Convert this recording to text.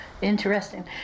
Interesting